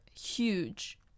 huge